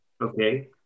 Okay